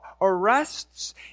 arrests